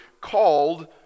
called